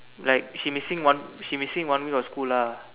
like she missing one she missing one week of school lah